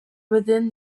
within